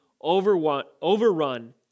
overrun